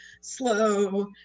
slow